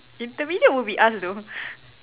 intermediate would be us though